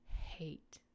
hate